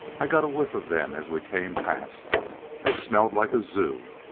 i got a whiff of them as we came past they smelled like a zoo.